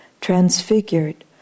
transfigured